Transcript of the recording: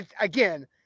again